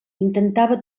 intentava